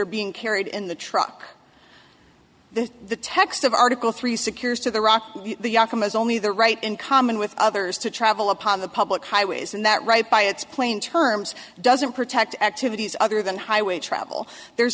are being carried in the truck that the text of article three secures to the rock is only the right in common with others to travel upon the public highways and that right by its plain terms doesn't protect activities other than highway travel there's